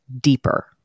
deeper